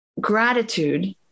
gratitude